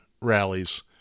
rallies